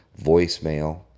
voicemail